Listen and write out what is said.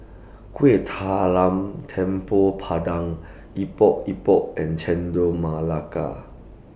Kuih Talam Tepong Pandan Epok Epok and Chendol Melaka